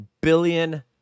billion